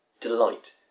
delight